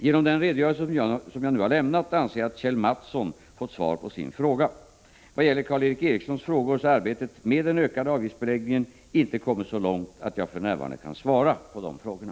Genom den redogörelse som jag nu har lämnat anser jag att Kjell Mattsson fått svar på sin fråga. Vad gäller Karl Erik Erikssons frågor vill jag framhålla att arbetet med den ökande avgiftsbeläggningen inte har kommit så långt att jag för närvarande kan svara på dessa.